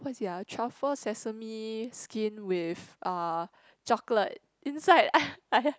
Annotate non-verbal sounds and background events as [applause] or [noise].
what is it ah truffle sesame skin with uh chocolate inside [laughs]